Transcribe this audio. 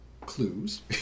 clues